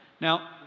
Now